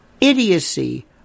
idiocy